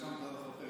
לשם אתה הולך,